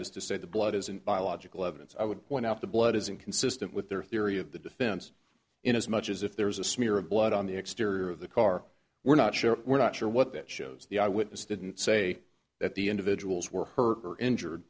is to say the blood isn't biological evidence i would point out the blood is inconsistent with their theory of the defense in as much as if there was a smear of blood on the exterior of the car we're not sure we're not sure what that shows the eyewitness didn't say that the individuals were hurt or injured